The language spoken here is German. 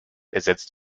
ersetzt